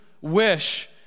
wish